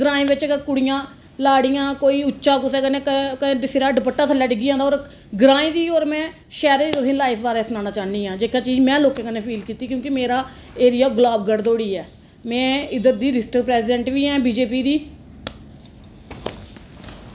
ग्राएं बिच्च गै कुड़ियां लाड़ियां कोई उच्चा कुसै कन्नै सिरै दा दुपट्टा थल्लै डिगी जंदा होर ग्राएं दी होर में शैहरें दी तुसेंगी लाईफ दे बारें च सनान्ना चाह्न्नी आं जेह्का चीज़ में लोकें कन्नै फेस कीती ऐ कि मेरा एरिया गुलाबगढ़ धोड़ी ऐ में इद्धर दी डिस्ट्रिक्ट प्रेजीडेंट बी ऐ बी जे पी दी